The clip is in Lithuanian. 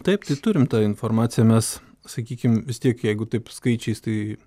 taip tai turim tą informaciją mes sakykim vis tiek jeigu taip skaičiais tai